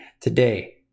today